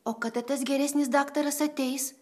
o kada tas geresnis daktaras ateis